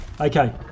Okay